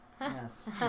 Yes